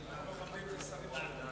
ההצעה לכלול את הנושא בסדר-היום